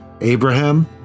Abraham